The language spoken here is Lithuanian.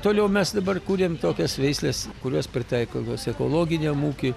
toliau mes dabar kūrėm tokias veisles kurios pritaikomos ekologiniam ūkiui